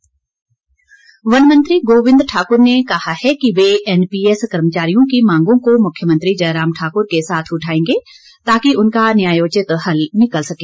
गोविंद ठाकुर वन मंत्री गोविंद ठाकुर ने कहा है कि वह एनपीएस कर्मचारियों की मांगों को मुख्यमंत्री जयराम ठाकुर के साथ उठाएंगे ताकि उनका न्यायोचित हल निकल सके